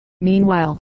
Meanwhile